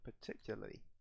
particularly